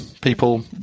People